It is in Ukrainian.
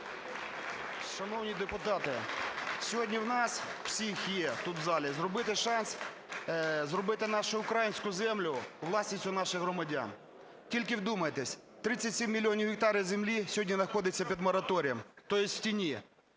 Шановні депутати! Сьогодні у нас всіх є, тут в залі, зробити шанс, зробити нашу українську землю власністю наших громадян. Тільки вдумайтесь, 37 мільйонів гектарів землі знаходиться під мораторієм, тобто в тіні,